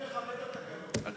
צריך לכבד את התקנון.